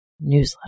newsletter